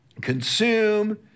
consume